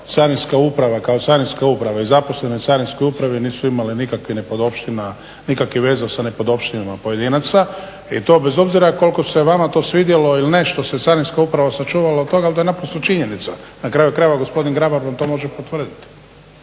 Carinska uprava kao Carinska uprava i zaposlenih u Carinskoj upravi nisu imali nikakvih nepodopština, nikakvih veza sa nepodopštinama pojedinaca i to bez obzira koliko se vama to svidjelo ili ne što se Carinska uprava sačuvala od toga ali da je činjenica. Na kraju krajeva gospodin Grabar vam to može potvrdili.